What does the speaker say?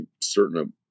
certain